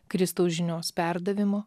kristaus žinios perdavimo